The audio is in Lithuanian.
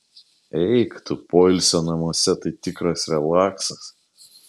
eik tu poilsio namuose tai tikras relaksas